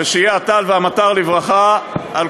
אז שיהיו הטל והמטר לברכה על כל עם ישראל.